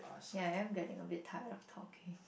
kay I am getting a bit tired of talking